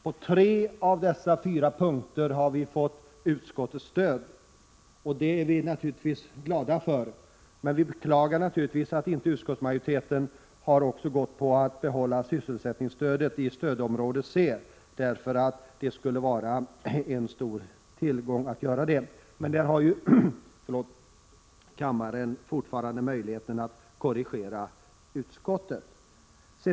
På tre av dessa fyra punkter har vi fått utskottets stöd, och det är vi glada för. Men vi beklagar att utskottsmajoriteten inte har velat ställa sig bakom sysselsättningsstödet i stödområde C. Det skulle ha varit mycket värdefullt om så hade skett. Kammaren har på den punkten fortfarande möjlighet att avslå utskottsmajoritetens yrkande.